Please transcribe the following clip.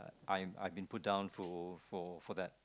I'm I've been put down through for for that